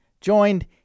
joined